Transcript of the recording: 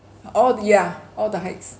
oh yeah all the heights